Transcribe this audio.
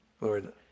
Lord